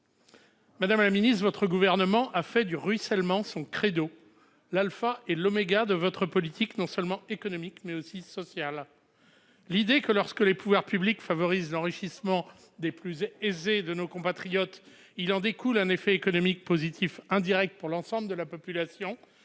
Madame la secrétaire d'État, votre gouvernement a fait du ruissellement son credo, l'alpha et l'oméga de votre politique non seulement économique, mais aussi sociale. L'idée que, lorsque les pouvoirs publics favorisent l'enrichissement des plus aisés de nos compatriotes, il en découle un effet économique positif indirect pour l'ensemble de la population